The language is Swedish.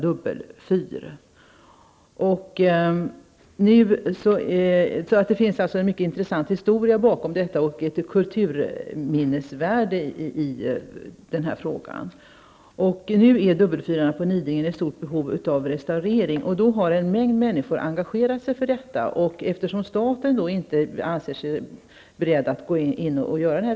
Den här frågan har alltså en mycket intressant historisk bakgrund, och fyrarna på Nidingen har ett kulturminnesvärde. Nu är dubbelfyrarna på Nidingen i stort behov av restaurering. En mängd människor har engagerat sig för denna, som staten inte ansett sig vara beredd att utföra.